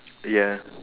yes